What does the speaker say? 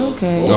Okay